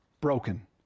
broken